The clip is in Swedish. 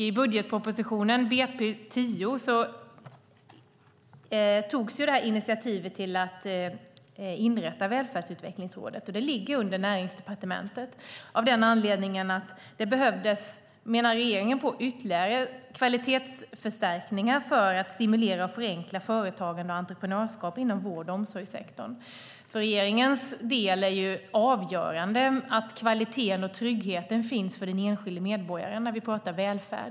I budgetpropositionen 2010 togs initiativet till att inrätta Välfärdsutvecklingsrådet. Det ligger under Näringsdepartementet. Anledningen är att regeringen menar att det behövs ytterligare kvalitetsförstärkningar för att stimulera och förenkla företagande och entreprenörskap inom vård och omsorgssektorn. För regeringens del är det avgörande att kvaliteten och tryggheten finns för den enskilde medborgaren när vi pratar välfärd.